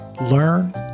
learn